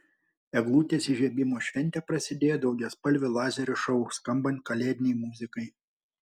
eglutės įžiebimo šventė prasidėjo daugiaspalvių lazerių šou skambant kalėdinei muzikai